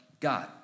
God